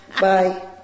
bye